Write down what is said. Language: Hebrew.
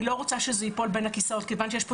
אני לא רוצה שזה ייפול בין הכיסאות כיוון שיש פה